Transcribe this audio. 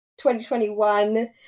2021